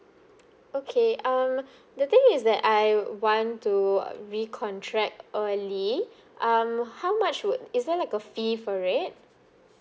okay um the thing is that I want to uh recontract early um how much would is there like a fee for it